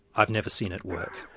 i've never seen it work.